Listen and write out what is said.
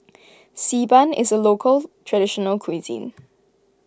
Xi Ban is a local traditional cuisine